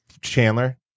Chandler